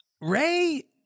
Ray